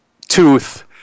tooth